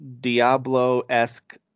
Diablo-esque